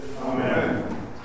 Amen